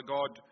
God